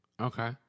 Okay